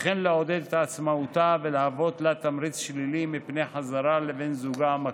וכן לעודד את עצמאותה ולהוות לה תמריץ שלילי מפני חזרה לבן זוגה המכה.